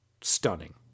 stunning